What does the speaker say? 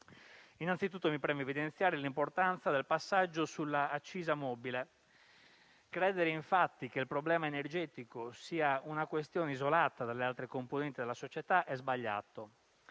Innanzitutto, mi preme evidenziare l'importanza del passaggio sulla accisa mobile. Credere, infatti, che il problema energetico sia una questione isolata dalle altre componenti della società è sbagliato,